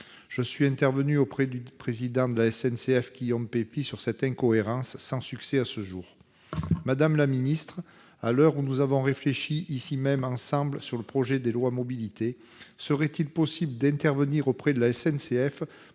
Je suis intervenu auprès du président de la SNCF Guillaume Pepy à propos de cette incohérence, sans succès. Madame la secrétaire d'État, alors que nous avons réfléchi ici même ensemble sur le projet de loi Mobilités, serait-il possible d'intervenir auprès de la SNCF